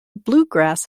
bluegrass